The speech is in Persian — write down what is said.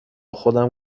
خودم